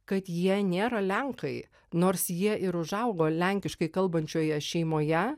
kad jie nėra lenkai nors jie ir užaugo lenkiškai kalbančioje šeimoje